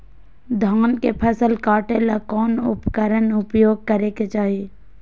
धान के फसल काटे ला कौन उपकरण उपयोग करे के चाही?